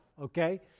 okay